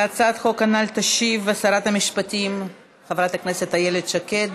להצעת החוק הנ"ל תשיב שרת המשפטים חברת הכנסת איילת שקד.